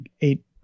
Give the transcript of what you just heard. eight